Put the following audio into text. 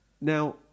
Now